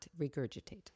regurgitate